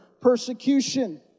persecution